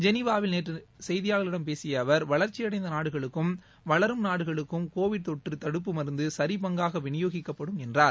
ஜெனிவாவில் நேற்று செய்தியாளர்களிடம் பேசிய அவர் வளர்ச்சியடைந்த நாடுகளுக்கும் வளரும் நாடுகளுக்கும் கோவிட் தொற்று தடுப்பு மருந்து சரிபங்காக விநியோகிக்கப்படும் என்றார்